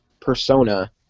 persona